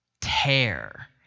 tear